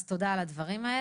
אז תודה על הדברים.